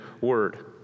word